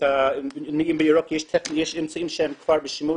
יש את הנתיב המהיר, יש אמצעים שהם כבר בשימוש.